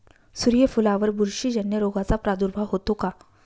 सूर्यफुलावर बुरशीजन्य रोगाचा प्रादुर्भाव होतो का?